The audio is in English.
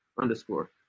underscore